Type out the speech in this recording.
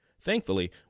Thankfully